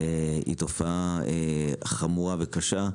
היא תופעה חמורה וקשה.